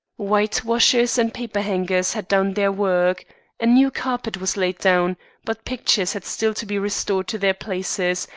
whitewashers and paperhangers had done their work a new carpet was laid down but pictures had still to be restored to their places,